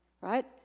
Right